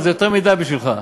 זה יותר מדי בשבילך.